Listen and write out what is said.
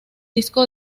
disco